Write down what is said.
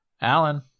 Alan